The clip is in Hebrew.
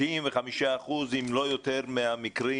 95% אם לא יותר מהמקרים,